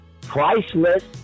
priceless